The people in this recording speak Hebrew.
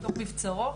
לתוך מבצרו.